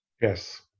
Yes